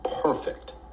perfect